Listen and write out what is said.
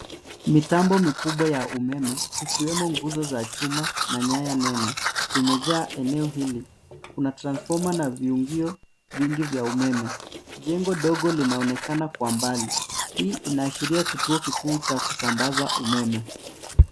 Mitambo mikubwa ya umeme ikiwemo nguzo za chuma na nyaya nene, imejaa eneo hili. Kuna transfoma na viungio vingi vya umeme. Jengo dogo linaonekana kwa mbali. Hii inaashiria kituo kikuu cha kusambaza umeme.